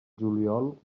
juliol